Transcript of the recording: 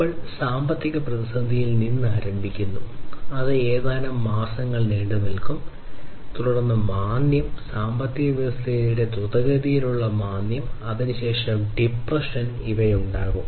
നമ്മൾ സാമ്പത്തിക പ്രതിസന്ധിയിൽ നിന്ന് ആരംഭിക്കുന്നു അത് ഏതാനും മാസങ്ങൾ നീണ്ടുനിൽക്കും തുടർന്ന് മാന്ദ്യം സമ്പദ്വ്യവസ്ഥയുടെ ദ്രുതഗതിയിലുള്ള മാന്ദ്യം അതിനുശേഷം നമ്മൾക്ക് ഡിപ്രെഷൻ ഉണ്ടാകും